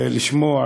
ולשמוע,